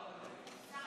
השר